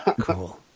Cool